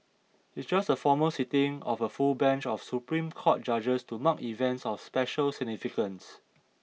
it just a formal sitting of a full bench of Supreme Court judges to mark events of special significance